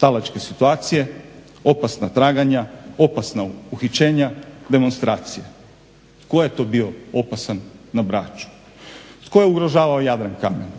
talačke situacije, opasna traganja, opasna uhićenja, demonstracije. Tko je to bio opasan na Braču? Tko je ugrožavao Jadrankamen?